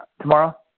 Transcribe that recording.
tomorrow